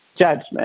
judgment